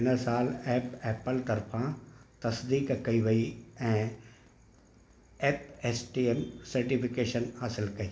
हिन साल app Apple तरफां तसदीकु कई वई ऐं ऐप एस्टीम सर्टिफिकेशन हासिलु कई